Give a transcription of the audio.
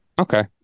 Okay